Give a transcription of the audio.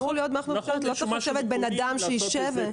לא צריך בן אדם שישב ויעשה זאת.